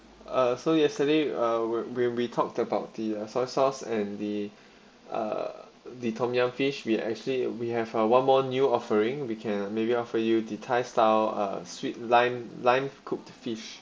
uh so yesterday uh we're when we talked about the uh soy sauce and the uh the tom yum fish we actually we have uh one more new offering we can maybe offer you the thai style uh sweet lime lime cooked fish